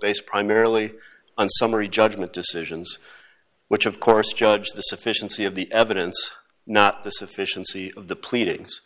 based primarily on summary judgment decisions which of course judge the sufficiency of the evidence not the sufficiency of the pleadings